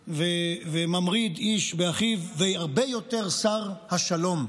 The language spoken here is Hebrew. וממריד איש באחיו והרבה יותר שר השלום.